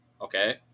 Okay